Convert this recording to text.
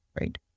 right